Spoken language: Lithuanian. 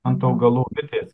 ant augalų bitės